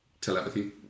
telepathy